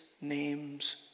name's